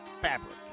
fabric